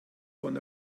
von